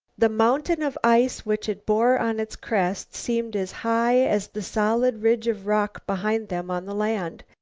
the mountain of ice which it bore on its crest seemed as high as the solid ridge of rock behind them on the land.